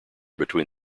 between